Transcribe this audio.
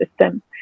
system